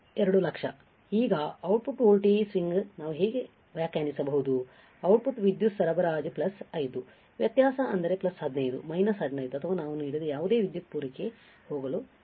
ಈಗ output voltage swing ನಾವು ಹೇಗೆ ವ್ಯಾಖ್ಯಾನಿಸಬಹುದು ಔಟ್ಪುಟ್ ವಿದ್ಯುತ್ ಸರಬರಾಜು ಪ್ಲಸ್ 5 ವ್ಯತ್ಯಾಸ ಅಂದರೆ ಪ್ಲಸ್ 15 ಮೈನಸ್ 15 ಅಥವಾ ನಾವು ನೀಡಿದ ಯಾವುದೇ ವಿದ್ಯುತ್ ಪೂರೈಕೆಗೆ ಹೋಗಲು ಸಾಧ್ಯವಿಲ್ಲ